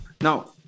now